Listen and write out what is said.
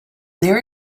there